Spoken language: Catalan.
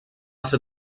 ser